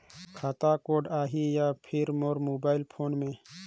खाता कोड आही या फिर मोर मोबाइल फोन मे?